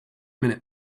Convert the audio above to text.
minute